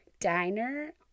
diner